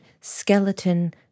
skeleton